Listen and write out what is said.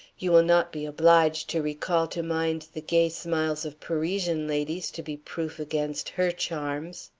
you will not be obliged to recall to mind the gay smiles of parisian ladies to be proof against her charms.